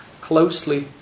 closely